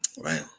Right